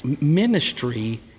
Ministry